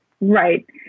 right